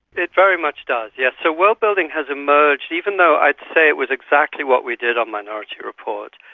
it very much does, yes. so world-building has emerged, even though i'd say it was exactly what we did on minority report,